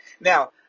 now